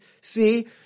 see